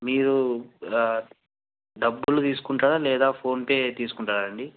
మీరు డబ్బులు తీసుకుంటారా లేదా ఫోన్పే తీసుకుంటారాండి